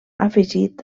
afegit